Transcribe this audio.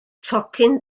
tocyn